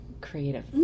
creative